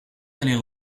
aller